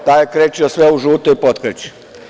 Taj je krečio sve u žuto i potkrečio.